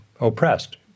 oppressed